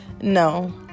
no